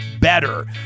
better